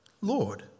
Lord